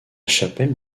chapelle